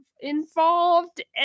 involved